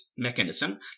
mechanism